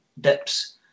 dips